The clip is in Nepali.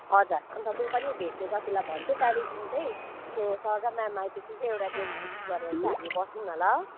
हजुर अन्त म पनि भेट्ने जतिलाई भन्छु त्यहाँदेखि चाहिँ त्यो सर र म्याम आएपछि चाहिँ एउटा डेट फिक्स गरेर चाहिँ हामी बसौँ न ल